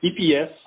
EPS